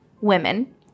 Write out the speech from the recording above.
women